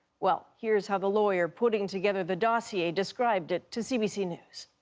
well, here's how the lawyer putting together the dossier described it to cbc news.